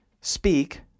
speak